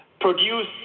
produce